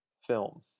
film